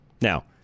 Now